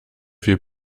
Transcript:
viel